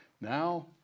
Now